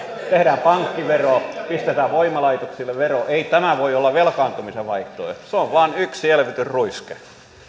tehdään pankkivero pistetään voimalaitoksille vero ei tämä voi olla velkaantumisen vaihtoehto se on vain yksi elvytysruiske